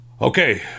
Okay